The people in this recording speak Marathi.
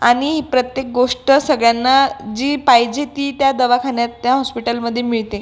आणि प्रत्येक गोष्ट सगळ्यांना जी पाहिजे ती त्या दवाखान्यात त्या हॉस्पिटलमध्ये मिळते